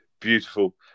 beautiful